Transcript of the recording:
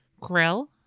Grill